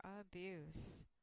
abuse